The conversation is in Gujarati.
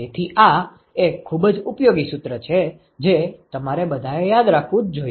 તેથી આ એક ખૂબ જ ઉપયોગી સૂત્ર છે જે તમારે બધાએ યાદ રાખવું જ જોઇએ